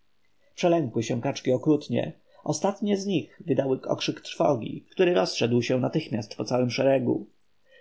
spożył przelękły się kaczki okrutnie ostatnie z nich wydały okrzyk trwogi który rozszedł się natychmiast po całym szeregu